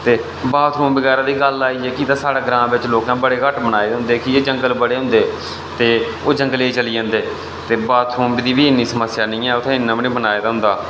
ते बाथरूम बगैरा दी गल्ल आई जेह्की तां साढ़ै ग्रां बिच लोकें बड़े घट्ट बनाए दे होंदे की जे जंगल बड़े होंदे ते ओह् जंगले ई चली जंदे ते बाथरूम दी बी इन्नी समस्या निं ऐ उत्थै इन्ना बी निं बनाए दा होंदा